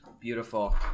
Beautiful